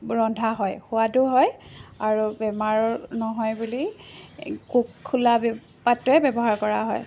ৰন্ধা হয় সোৱাদো হয় আৰু বেমাৰ নহয় বুলি কুক খোলা পাত্ৰয়ে ব্যৱহাৰ কৰা হয়